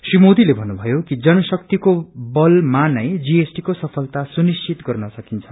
श्री मोदीले भन्नुभ्वयो कि जनशक्तिको बलमानै जीएसटि को सफलता सुनिश्चित गर्न सकिन्छ